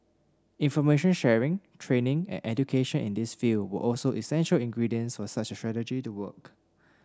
information sharing training and education in this field were also essential ingredients for such a strategy to work